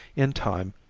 in time,